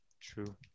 True